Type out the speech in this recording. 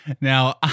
Now